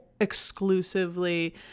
exclusively